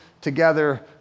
together